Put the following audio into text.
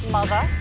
Mother